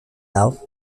alf